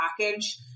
package